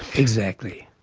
exactly.